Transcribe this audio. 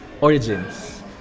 origins